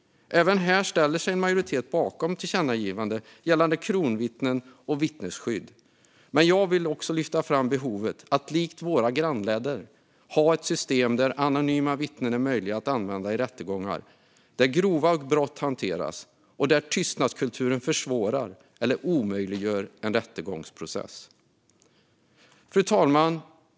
Även här ställer sig en majoritet bakom tillkännagivanden gällande kronvittnen och vittnesskydd. Jag vill också lyfta fram behovet av att likt våra grannländer ha ett system där anonyma vittnen är möjliga att använda i rättegångar där grova brott hanteras och tystnadskulturen försvårar eller omöjliggör rättegångsprocessen. Fru talman!